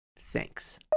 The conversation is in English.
Thanks